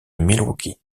milwaukee